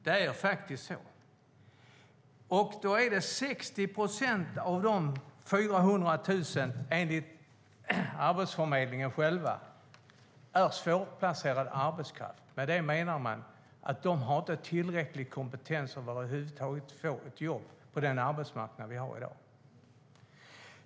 Det är så. 60 procent av dessa 400 000 är enligt Arbetsförmedlingen svårplacerad arbetskraft. Med det menar man att de inte har tillräcklig kompetens för att över huvud taget kunna få ett jobb på den arbetsmarknad vi har i dag.